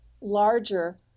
larger